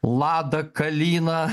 lada kalina